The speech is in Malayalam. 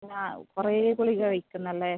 കുറേ ഗുളിക കഴിക്കുന്നില്ലേ